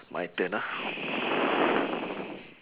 my turn ah